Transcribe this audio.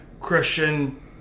Christian